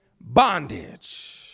bondage